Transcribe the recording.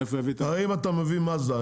אם אתה מאזדה,